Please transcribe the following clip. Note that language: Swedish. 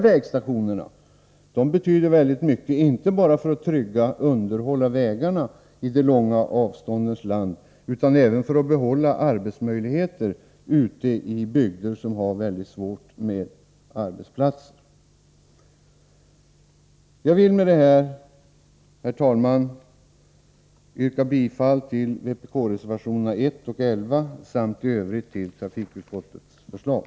Vägstationerna betyder mycket inte bara för ett tryggt underhåll av vägarna i de långa avståndens land utan även för att behålla arbetsmöjligheter i bygder där det är ont om arbetsplatser. Jag vill med det här, herr talman, yrka bifall till reservationerna 1 och 12 samt i övrigt till trafikutskottets förslag.